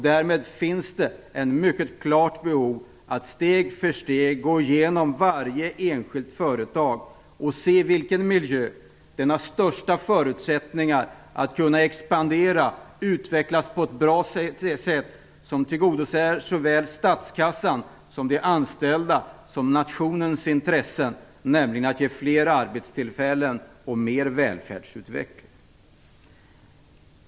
Därmed finns det ett mycket klart behov av att steg för steg gå igenom varje enskilt företag för att se i vilken miljö det har bäst förutsättningar att kunna expandera och utvecklas på ett bra sätt som tillgodoser såväl statskassans och de anställdas som nationens intressen av fler arbetstillfällen och mer välfärdsutveckling.